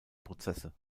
prozesse